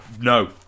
no